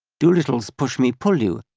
dolittle's pushmi-pullyu,